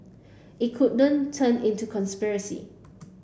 it couldn't turn into conspiracy